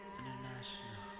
International